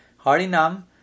harinam